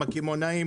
עם הקמעונאים,